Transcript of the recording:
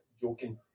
joking